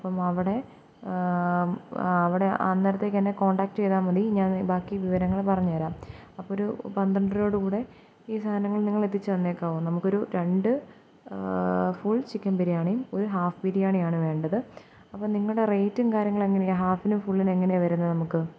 അപ്പോള് അവിടെ അവിടെ അന്നേരത്തേക്കെന്നെ കോൺടാക്റ്റ് ചെയ്താല് മതി ഞാൻ ബാക്കി വിവരങ്ങള് പറഞ്ഞു തരാം അപ്പോഴൊരു പന്ത്രണ്ടരയോടു കൂടെ ഈ സാധനങ്ങൾ നിങ്ങൾ എത്തിച്ച് തന്നേക്കാവോ നമുക്കൊരു രണ്ട് ഫുൾ ചിക്കൻ ബിരിയാണിയും ഒര് ഹാഫ് ബിരിയാണിയാണ് വേണ്ടത് അപ്പോള് നിങ്ങളുടെ റേറ്റും കാര്യങ്ങളെങ്ങനെയാ ഹാഫിനും ഫുള്ളിനും എങ്ങനെയാണ് വരുന്നത് നമുക്ക്